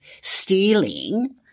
stealing